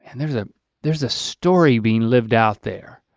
and there's ah there's a story being lived out there.